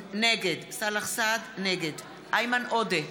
נגד איימן עודה,